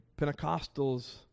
Pentecostals